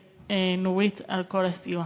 ונורית, על כל הסיוע.